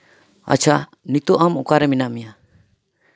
ᱟᱪᱪᱷᱟ ᱱᱤᱛᱚᱜ ᱟᱢ ᱚᱠᱟᱨᱮ ᱢᱮᱱᱟᱜ ᱢᱮᱭᱟ